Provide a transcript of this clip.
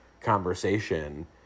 conversation